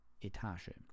Etage